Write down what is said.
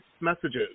messages